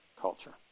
culture